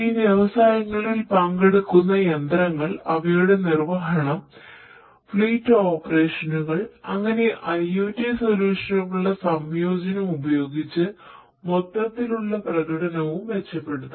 ഈ വ്യവസായങ്ങളിൽ പങ്കെടുക്കുന്ന യന്ത്രങ്ങൾ അവയുടെ നിർവഹണം ഫ്ലീറ്റ് ഓപ്പറേഷനുകൾ അങ്ങനെ IOT സൊല്യൂഷനുകളുടെ സംയോജനം ഉപയോഗിച്ച് മൊത്തത്തിലുള്ള പ്രകടനവും മെച്ചപ്പെടുത്താം